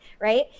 right